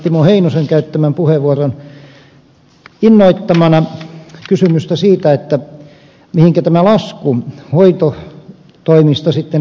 timo heinosen käyttämän puheenvuoron innoittamana kysymystä siitä mihinkä tämä lasku hoitotoimista sitten lähetetään